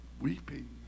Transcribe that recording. weeping